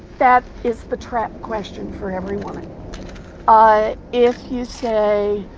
that is the trap question for every woman ah if you say,